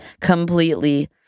completely